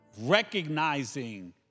recognizing